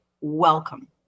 welcome